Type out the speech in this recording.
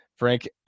Frank